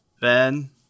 Ben